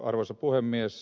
arvoisa puhemies